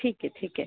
ਠੀਕ ਹੈ ਠੀਕ ਹੈ